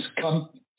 come